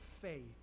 faith